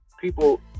people